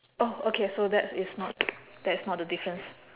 oh okay so that is not that is not the difference